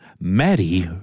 Maddie